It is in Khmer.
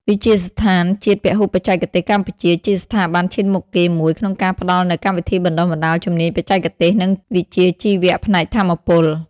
វិទ្យាស្ថានជាតិពហុបច្ចេកទេសកម្ពុជា ជាស្ថាប័នឈានមុខគេមួយក្នុងការផ្តល់នូវ កម្មវិធីបណ្តុះបណ្តាលជំនាញបច្ចេកទេស និងវិជ្ជាជីវៈផ្នែកថាមពល។